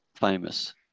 famous